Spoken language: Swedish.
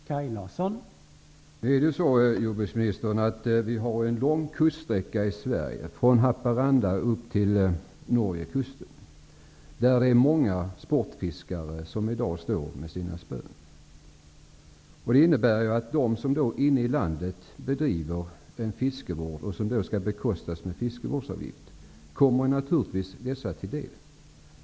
Herr talman! Nu är det ju så, jordbruksministern, att Sverige har en lång kuststräcka från Haparanda till Norgekusten, där det är många sportfiskare som i dag står med sina spön. Inne i landet bedrivs en fiskevård som bekostas av en fiskevårdsavgift. Naturligtvis kommer denna fiskevård även dessa sportfiskare till del.